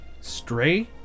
Stray